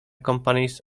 companies